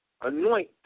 Anoint